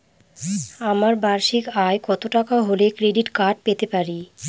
আমার বার্ষিক আয় কত টাকা হলে ক্রেডিট কার্ড পেতে পারি?